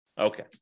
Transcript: Okay